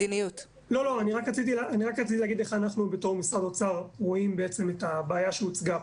אני רק רציתי להגיד איך אנחנו בתור משרד אוצר רואים את הבעיה שהוצגה.